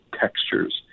textures